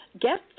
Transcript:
get